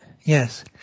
Yes